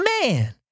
man